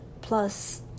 plus